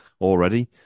already